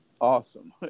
awesome